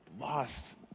lost